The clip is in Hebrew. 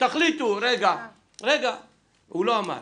הוא לא אמר,